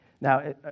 Now